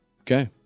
Okay